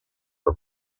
were